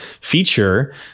feature